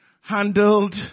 handled